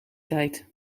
tijd